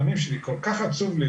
כל כך עצוב לי,